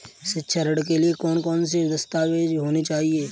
शिक्षा ऋण के लिए कौन कौन से दस्तावेज होने चाहिए?